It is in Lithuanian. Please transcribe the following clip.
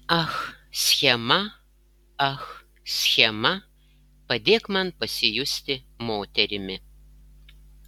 ach schema ach schema padėk man pasijusti moterimi